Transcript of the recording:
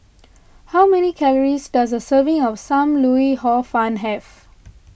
how many calories does a serving of Sam Lau Hor Fun have